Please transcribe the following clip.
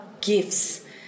gifts